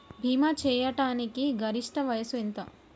భీమా చేయాటానికి గరిష్ట వయస్సు ఎంత?